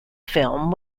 film